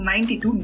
92